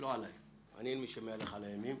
לא עליי כי עליי לא מהלכים אימים,